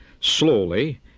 Slowly